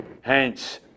Hence